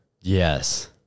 yes